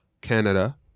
Canada